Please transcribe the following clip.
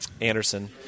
Anderson